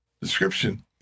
description